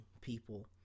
people